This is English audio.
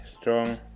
strong